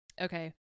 Okay